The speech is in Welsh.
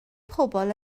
pobl